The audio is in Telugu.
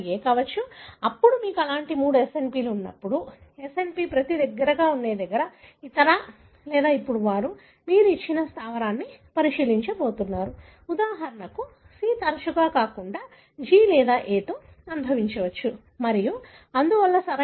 కావచ్చు ఇప్పుడు మీకు అలాంటి మూడు SNP లు ఉన్నప్పుడు SNP లు ప్రతి దగ్గరగా ఉంటాయి ఇతర ఇప్పుడు వారు మీరు ఇచ్చిన స్థావరాన్ని పరిశీలించబోతున్నారు ఉదాహరణకు C తరచుగా కాకుండా G లేదా A తో అనుబంధించవచ్చు మరియు అందువలన సరియైనదా